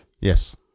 Yes